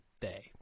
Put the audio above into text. day